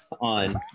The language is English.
on